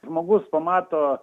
žmogus pamato